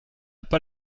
pas